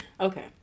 Okay